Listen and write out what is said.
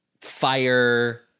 fire